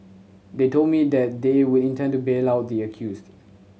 they told me that they would intend to bail out the accused